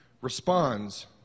responds